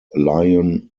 lion